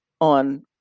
on